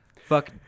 fuck